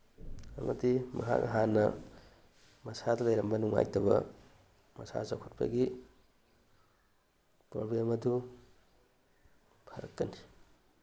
ꯑꯃꯗꯤ ꯃꯍꯥꯛꯅ ꯍꯥꯟꯅ ꯃꯁꯥꯗ ꯂꯩꯔꯝꯕ ꯅꯨꯡꯉꯥꯏꯇꯕ ꯃꯁꯥ ꯆꯥꯎꯈꯠꯄꯒꯤ ꯄ꯭ꯔꯣꯕ꯭ꯂꯦꯝ ꯑꯗꯨ ꯐꯔꯛꯀꯅꯤ